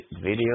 video